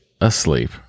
asleep